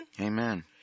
Amen